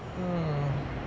hmm